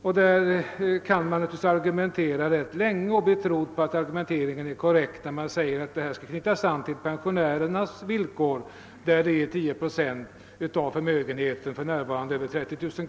I den frågan kan man naturligtvis argumentera länge och göra anspråk på att det måste vara mest korrekt att knyta an till pensionärernas villkor, där 10 procent av förmögenheten skall läggas till inkomsten.